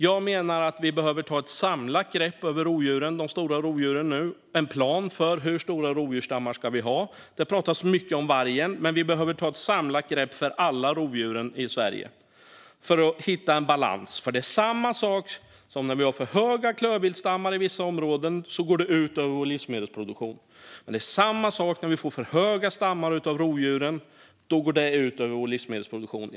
Jag menar att vi nu behöver ta ett samlat grepp om de stora rovdjuren och göra en plan för hur stora rovdjursstammar vi ska ha. Det har pratats mycket om vargen, men vi behöver ta ett samlat grepp om alla rovdjur i Sverige för att hitta en balans. Det är samma sak när vi har för stora klövviltsstammar i vissa områden. Det går ut över vår livsmedelsproduktion. Och det är samma sak när vi får för stora rovdjursstammar. Det går ut över vår livsmedelsproduktion.